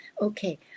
Okay